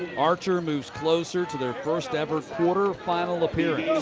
archer moves closer to their first ever quarter final appearance.